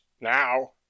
now